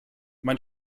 mein